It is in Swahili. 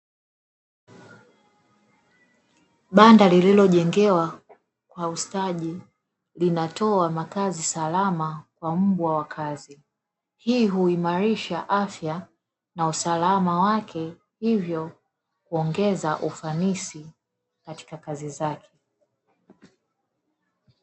Banda lililojengwa kwa ustadi linatoa makazi salama kwa mbwa wa kazi. Hii huimarisha afya na usalama wao hivyo kuongeza ufanisi katika kazi zao.